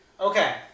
Okay